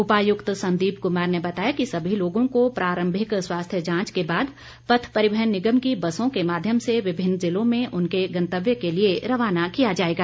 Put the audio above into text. उपायुक्त संदीप कुमार ने बताया कि सभी लोगों को प्रारंभिक स्वास्थ्य जांच के बाद पथ परिवहन निगम की बसों के माध्यम से विभिन्न ज़िलों में उनके गंतव्य के लिए रवाना किया जाएगा